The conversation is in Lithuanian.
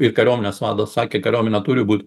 ir kariuomenės vadas sakė kariuomenė turi būt